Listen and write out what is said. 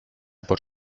por